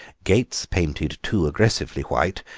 gates painted too aggressively white,